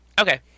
Okay